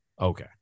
Okay